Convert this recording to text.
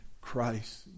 Christ